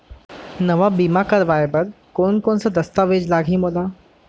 नवा बीमा करवाय बर कोन कोन स दस्तावेज लागही मोला?